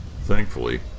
Thankfully